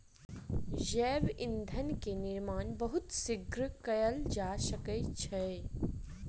जैव ईंधन के निर्माण बहुत शीघ्र कएल जा सकै छै